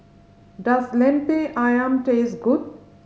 does Lemper Ayam taste good